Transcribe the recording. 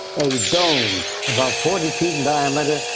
a dome about forty feet and diameter,